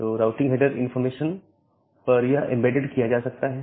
तो routing header information पर यह एंबेड किया जा सकता है